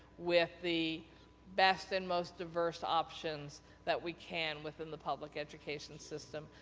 with the best and most diverse options that we can within the public education system.